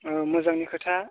औ मोजांनि खोथा